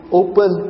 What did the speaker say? open